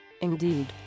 indeed